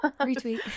Retweet